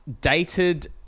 dated